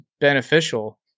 beneficial